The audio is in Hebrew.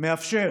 מאפשר